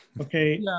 Okay